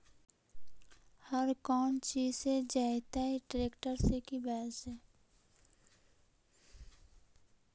हर कौन चीज से जोतइयै टरेकटर से कि बैल से?